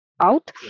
out